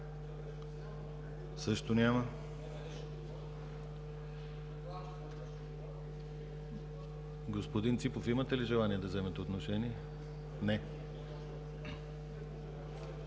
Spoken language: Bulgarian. (Реплики.) Господин Ципов, имате ли желание да вземете отношение? Не.